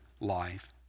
life